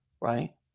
right